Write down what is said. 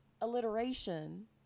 alliteration